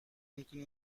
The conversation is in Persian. میکنی